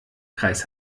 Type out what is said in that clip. kreis